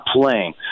playing